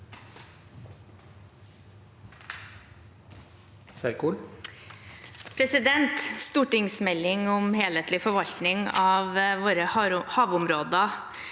leder): Stortingsmeldingen om helhetlig forvaltning av våre havområder